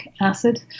acid